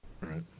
Right